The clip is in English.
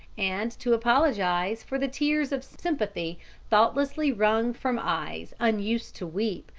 and to apologize for the tears of sympathy thoughtlessly wrung from eyes unused to weep,